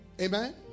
amen